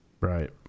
right